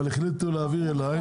אבל החליטו להעביר אליי.